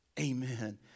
Amen